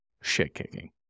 Shit-kicking